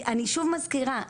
אני שוב מזכירה,